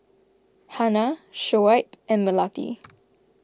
Hana Shoaib and Melati